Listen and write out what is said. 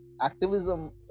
activism